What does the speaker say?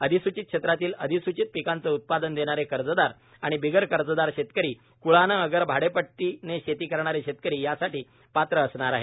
अधिसूचित क्षेत्रातील अधिसूचित पिकांचे उत्पादन घेणारे कर्जदार आणि बिगर कर्जदार शेतकरी क्ळाने अगर भाडेपट्टीने शेती करणारे शेतकरी यासासठी पात्र असणार आहेत